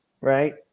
Right